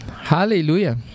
hallelujah